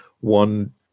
one